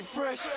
Fresh